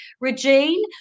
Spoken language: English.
Regine